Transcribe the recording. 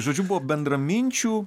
žodžiu buvo bendraminčių